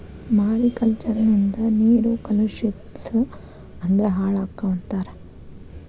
mariculture ನಿಂದ ನೇರು ಕಲುಷಿಸ ಅಂದ್ರ ಹಾಳಕ್ಕಾವ ಅಂತಾರ